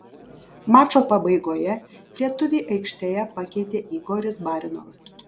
mačo pabaigoje lietuvį aikštėje pakeitė igoris barinovas